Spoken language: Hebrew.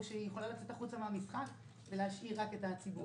שהיא יכולה לצאת החוצה מהמשחק ולהשאיר רק את הציבור?